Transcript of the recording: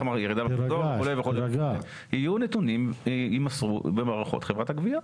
ירידה במחזור וכו' יימסרו במערכות חברת הגבייה.